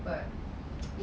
like sa~ like